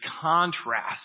contrast